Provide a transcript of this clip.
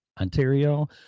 ontario